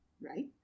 Right